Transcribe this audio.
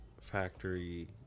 factory